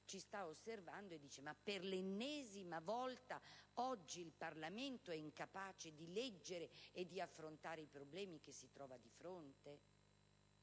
ci stia osservando e dica: «Ma per l'ennesima volta, oggi il Parlamento è incapace di leggere e di affrontare i problemi che si trova di fronte?».